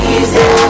Easy